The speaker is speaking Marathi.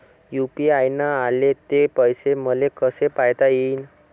यू.पी.आय न आले ते पैसे मले कसे पायता येईन?